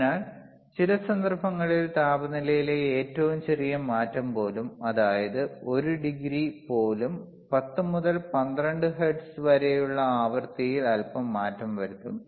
അതിനാൽ ചില സന്ദർഭങ്ങളിൽ താപനിലയിലെ ഏറ്റവും ചെറിയ മാറ്റം പോലും അതായത് 1 ഡിഗ്രി പോലും 10 മുതൽ 12 ഹെർട്സ് വരെയുള്ള ആവൃത്തിയിൽ അല്പം മാറ്റം വരുത്തും